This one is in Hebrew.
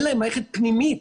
אין להם מערכת פנימית,